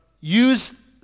use